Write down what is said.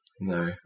no